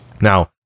now